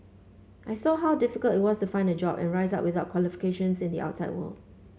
I saw how difficult it was to find a job and rise up without qualifications in the outside world